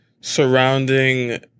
surrounding